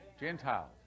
Gentiles